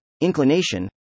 inclination